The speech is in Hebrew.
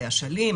באשלים,